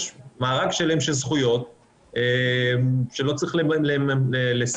יש מארג שלם של זכויות שלא צריך לסווג